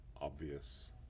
obvious